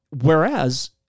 Whereas